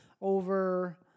over